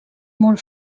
molt